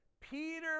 Peter